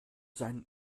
seinen